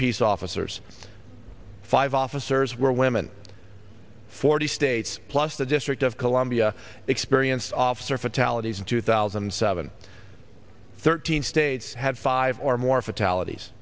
peace officers five officers were women forty states plus the district of columbia experienced officer fatalities in two thousand and seven thirteen states had five or more fatalities